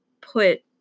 put